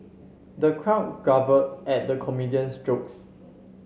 the crowd guffawed at the comedian's jokes